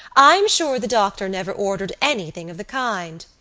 i'm sure the doctor never ordered anything of the kind.